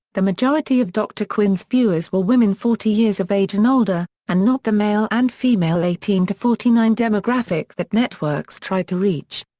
the majority of dr. quinn's viewers were women forty years of age and older, and not the male and female eighteen to forty nine demographic that networks try to reach.